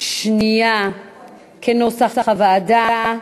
שנייה כנוסח הוועדה.